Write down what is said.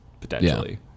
potentially